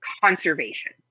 conservation